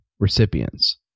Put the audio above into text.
recipients